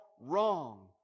wrong